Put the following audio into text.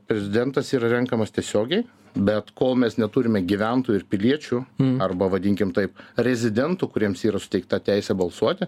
prezidentas yra renkamas tiesiogiai bet kol mes neturime gyventojų ir piliečių arba vadinkim taip rezidentų kuriems yra suteikta teisė balsuoti